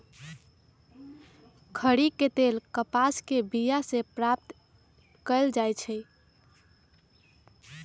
खरि के तेल कपास के बिया से प्राप्त कएल जाइ छइ